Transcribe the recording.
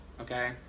okay